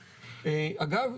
אגב,